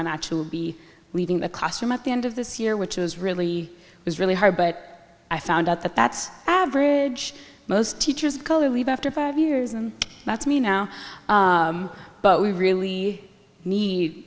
actually be leading the classroom at the end of this year which is really it was really hard but i found out that that's average most teachers of color leave after five years and that's me now but we really need